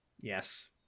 Yes